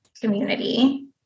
community